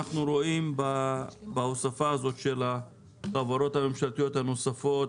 רואים בהוספה הזאת של החברות הממשלתיות הנוספות,